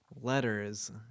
letters